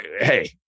Hey